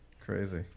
Crazy